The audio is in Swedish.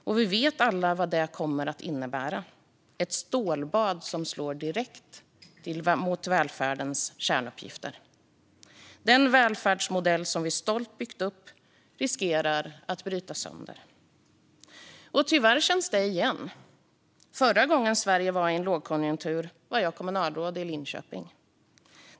Och vi vet alla vad det kommer att innebära: ett stålbad som slår direkt mot välfärdens kärnuppgifter. Den välfärdsmodell som vi stolt byggt upp riskerar att brytas sönder. Tyvärr känns detta igen. Förra gången Sverige var i en lågkonjunktur var jag kommunalråd i Linköping.